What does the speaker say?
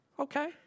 Okay